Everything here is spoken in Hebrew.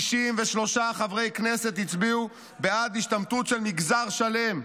63 חברי כנסת הצביעו בעד השתמטות של מגזר שלם.